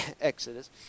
Exodus